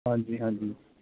ਹਾਂਜੀ ਹਾਂਜੀ